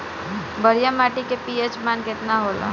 बढ़िया माटी के पी.एच मान केतना होला?